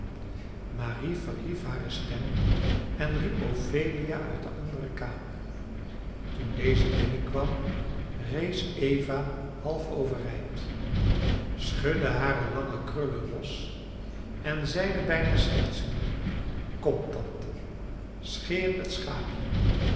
marie verhief hare stem en riep ophelia uit de andere kamer toen deze binnenkwam rees eva half overeind schudde hare lange krullen los en zeide bijna schertsende kom tante scheer het schaapje